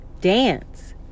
Dance